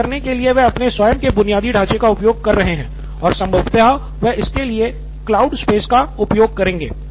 ऐसा करने के लिए वह अपने स्वयं के बुनियादी ढांचे का उपयोग कर रहे हैं और संभवतः वह इसके लिए क्लाउड स्पेस का उपयोग करेंगे